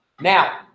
Now